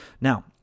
Now